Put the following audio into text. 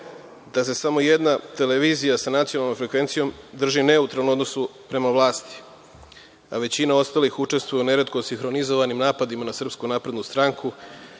da se samo jedna televizija sa nacionalnom frekvencijom drži neutralno u odnosu prema vlasti, a većina ostalih učestvuje u neretko sinhronizovanim napadima na SNS, dok su